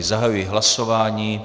Zahajuji hlasování.